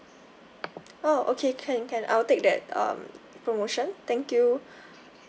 oh okay can can I'll take that um promotion thank you